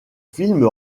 film